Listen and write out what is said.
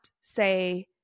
say